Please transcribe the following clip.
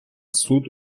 суд